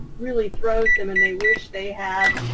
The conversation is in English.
really throws them and they wish they had